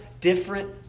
different